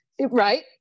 Right